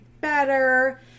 better